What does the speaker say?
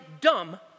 dumb